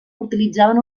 utilitzaven